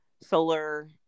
solar